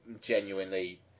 genuinely